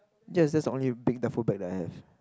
yes that's the only big duffel bag that I have